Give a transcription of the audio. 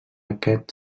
aquest